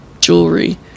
jewelry